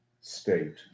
state